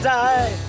die